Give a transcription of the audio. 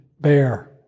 bear